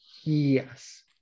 yes